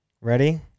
Ready